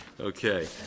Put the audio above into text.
okay